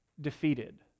defeated